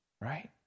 right